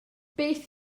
beth